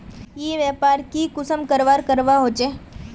ई व्यापार की कुंसम करवार करवा होचे?